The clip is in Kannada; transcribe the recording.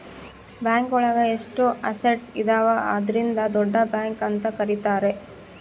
ಬ್ಯಾಂಕ್ ಒಳಗ ಎಷ್ಟು ಅಸಟ್ಸ್ ಇದಾವ ಅದ್ರಿಂದ ದೊಡ್ಡ ಬ್ಯಾಂಕ್ ಅಂತ ಕರೀತಾರೆ